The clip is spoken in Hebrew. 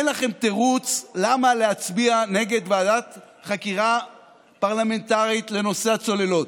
אין לכם תירוץ למה להצביע נגד ועדת חקירה פרלמנטרית לנושא הצוללות.